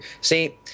See